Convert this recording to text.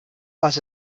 was